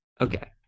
okay